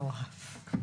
מטורף.